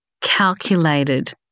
calculated